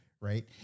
Right